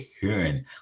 hearing